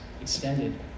extended